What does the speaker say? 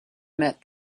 met